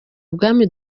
bwami